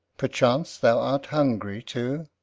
perchance thou art hungry, too?